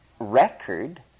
Record